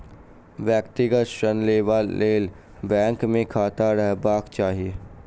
व्यक्तिगत ऋण लेबा लेल बैंक मे खाता रहबाक चाही